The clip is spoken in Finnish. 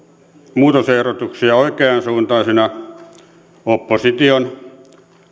muutosehdotuksia oikeansuuntaisina ja kannatettavina opposition